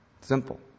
Simple